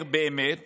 אומר באמת